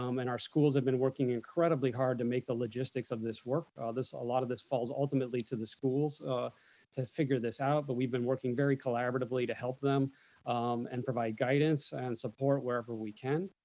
um and our schools have been working incredibly hard to make the logistics of this work. ah a ah lot of this falls ultimately to the schools to figure this out, but we've been working very collaboratively to help them and provide guidance and support wherever we can.